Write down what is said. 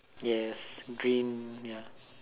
yes green ya